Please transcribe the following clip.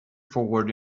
forward